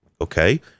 Okay